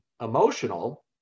emotional